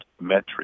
metric